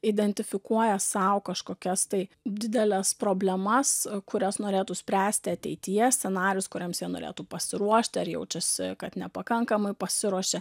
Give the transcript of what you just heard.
identifikuoja sau kažkokias tai dideles problemas kurias norėtų spręsti ateities scenarijus kuriems jie norėtų pasiruošti ar jaučiasi kad nepakankamai pasiruošė